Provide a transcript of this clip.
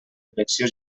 direcció